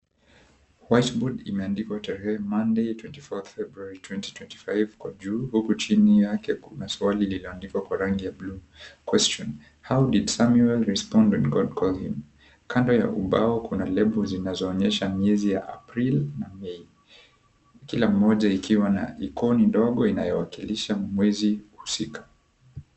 White Board imeandikwa tarehe Monday 24 February 2025 kwa juu huku chini yake kuna swali lililoandikwa kwa rangi ya bluu; Question: How did Samuel respond when God called him? Kando ya ubao kuna lebo zinazoonyesha miezi ya April na May, kila moja ikiwa na icon ndogo inayowakilisha mwezi husika.